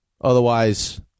Otherwise